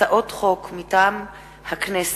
לקריאה ראשונה, מטעם הכנסת: